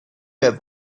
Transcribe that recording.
have